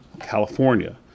California